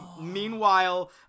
meanwhile